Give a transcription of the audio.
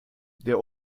der